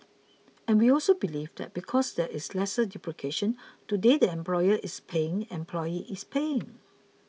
and we also believe that because there is lesser duplication today the employer is paying employee is paying